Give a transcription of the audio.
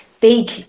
big